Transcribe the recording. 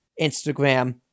Instagram